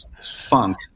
funk